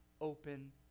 open